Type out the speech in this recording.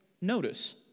notice